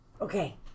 Okay